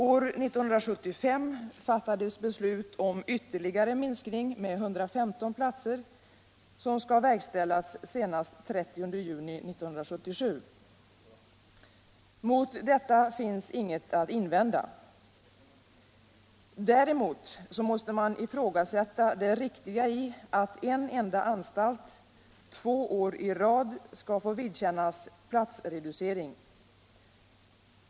År 1975 fattades beslut om ytterligare minskning med 115 platser, som skall verkställas senast den 30 juni 1977. Mot detta finns inget att invända. Däremot måste man ifrågasätta det riktiga i att en enda anstalt två år i rad skall få vidkännas platsreducering.